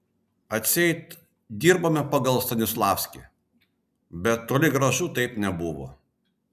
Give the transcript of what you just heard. atseit dirbome pagal stanislavskį bet toli gražu taip nebuvo